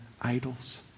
idols